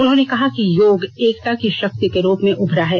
उन्होंने कहा कि योग एकता की शक्ति के रूप में उभरा है